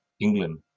England